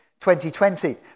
2020